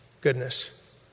goodness